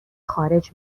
خارج